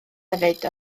hefyd